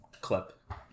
clip